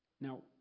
Now